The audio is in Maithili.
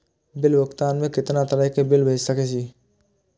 बिल भुगतान में कितना तरह के बिल भेज सके छी?